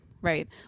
right